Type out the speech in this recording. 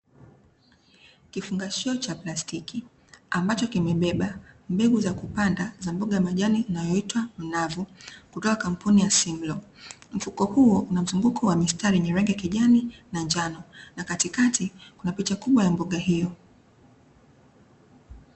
Kifungashio cha plastiki ambacho kimebeba mbegu za kupanda za mboga za majani inayoitwa mnavu, kutoka kampuni ya "SIMLO" mfuko huo unamzunguko wa mistari ya kijani na njano na katikati kunapicha kubwa ya mboga hiyo.